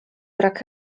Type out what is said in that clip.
brak